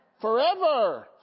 forever